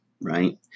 right